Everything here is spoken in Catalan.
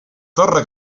torre